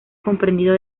comprendido